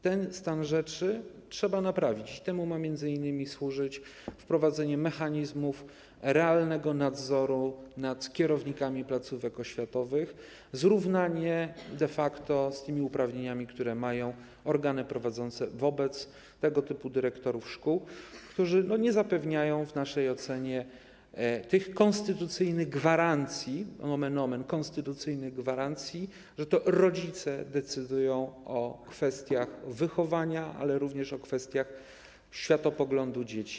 Ten stan rzeczy trzeba naprawić i temu ma m.in. służyć wprowadzenie mechanizmów realnego nadzoru nad kierownikami placówek oświatowych, zrównanie de facto z tymi uprawnieniami, które mają organy prowadzące wobec dyrektorów tego typu szkół, którzy nie zapewniają w naszej ocenie tych konstytucyjnych gwarancji, nomen omen, konstytucyjnych gwarancji, że to rodzice decydują o kwestiach wychowania, ale również o kwestiach światopoglądu dzieci.